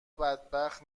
بدبخت